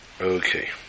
Okay